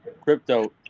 crypto